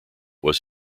was